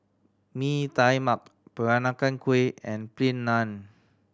Mee Tai Mak Peranakan Kueh and Plain Naan